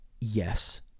Yes